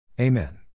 Amen